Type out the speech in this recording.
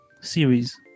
series